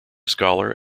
scholar